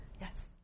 Yes